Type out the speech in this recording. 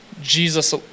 Jesus